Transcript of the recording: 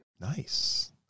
Nice